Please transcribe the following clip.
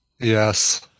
Yes